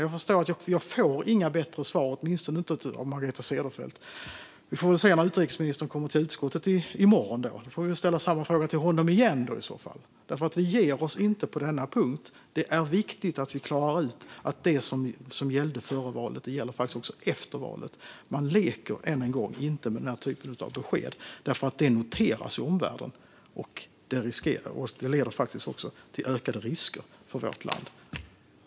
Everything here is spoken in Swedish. Jag förstår att jag inte får några bättre svar, åtminstone inte av Margareta Cederfelt. Vi får väl ställa samma fråga igen till utrikesministern när han kommer till utskottet i morgon, för vi ger oss inte på denna punkt. Det är viktigt att vi klarar ut att det som gällde före valet faktiskt också gäller efter valet. Än en gång: Man leker inte med den här typen av besked, för det noteras i omvärlden och leder till ökade risker för vårt land.